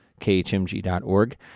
khmg.org